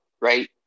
right